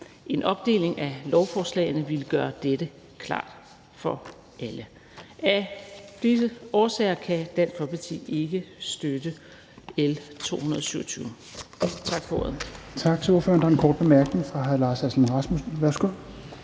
En opdeling af lovforslaget ville gøre dette klart for alle. Af disse årsager kan Dansk Folkeparti ikke støtte L 227.